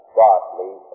godly